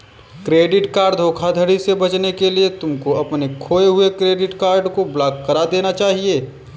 credit card धोखाधड़ी से बचने के लिए तुमको अपने खोए हुए कार्ड को ब्लॉक करा देना चाहिए